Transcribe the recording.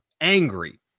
angry